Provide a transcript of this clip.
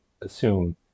assume